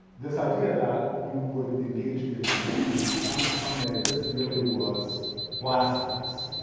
this idea that you would engage in drinking on a sunday, this really was blasphemous.